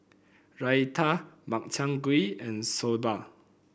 raita Makchang Gui and Soba